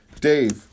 Dave